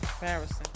Embarrassing